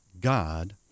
God